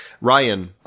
Ryan